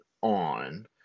on